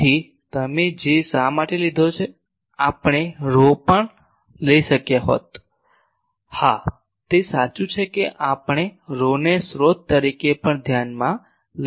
તેથી અમે J શા માટે લીધો છે આપણે રહો પણ લઈ શક્યા હો હા તે સાચું છે કે આપણે રહો ને સ્ત્રોત તરીકે પણ ધ્યાનમાં લઈ શકીએ છીએ